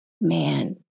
Man